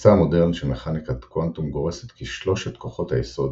התפיסה המודרנית של מכניקת קוואנטום גורסת כי שלושת כוחות היסוד,